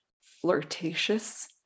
flirtatious